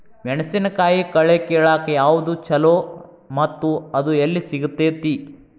ಮೆಣಸಿನಕಾಯಿ ಕಳೆ ಕಿಳಾಕ್ ಯಾವ್ದು ಛಲೋ ಮತ್ತು ಅದು ಎಲ್ಲಿ ಸಿಗತೇತಿ?